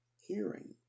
hearing